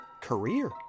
career